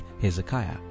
Hezekiah